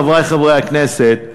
חברי חברי הכנסת,